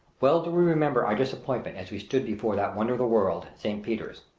well do we remember our disappointment as we stood before that wonder of the world st. peter's.